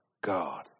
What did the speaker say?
God